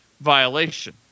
violation